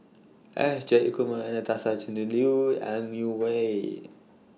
S Jayakumar Anastasia Tjendri Liew and Ang Wei Neng